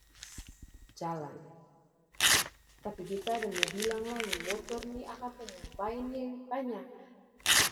jalan. Tapi beta ada mo bilang lai motor ini akang pung bae banya